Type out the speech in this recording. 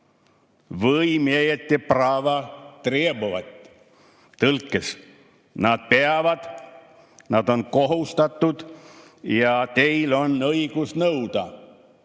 Võ imejete pravo trebovat!" Tõlkes: nad peavad, nad on kohustatud ja teil on õigus nõuda.